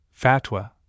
fatwa